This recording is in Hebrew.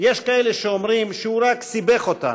יש כאלה שאומרים שהוא רק סיבך אותנו,